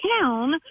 town